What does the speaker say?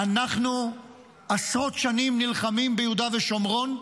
אנחנו עשרות שנים נלחמים ביהודה ושומרון.